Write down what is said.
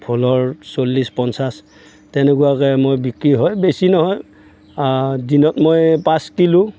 ভোলৰ চল্লিছ পঞ্চাছ তেনেকুৱাকে মোৰ বিক্ৰী হয় বেছি নহয় দিনত মই পাঁচ কিলো